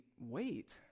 wait